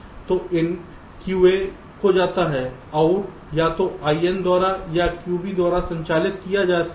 तोin QA को जाता है और out या तो in द्वारा या QB द्वारा संचालित किया जा सकता है